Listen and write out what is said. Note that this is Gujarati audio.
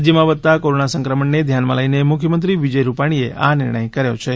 રાજ્યમાં વધતા કોરોના સંક્રમણને ધ્યાનમાં લઈને મુખ્યમંત્રી વિજય રૂપાણીએ આ નિર્ણય કરાયો છે